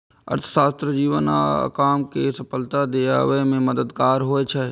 अर्थशास्त्र जीवन आ काम कें सफलता दियाबे मे मददगार होइ छै